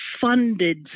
funded